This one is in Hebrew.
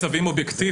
יש מצבים אובייקטיבים.